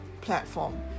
platform